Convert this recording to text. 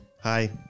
Hi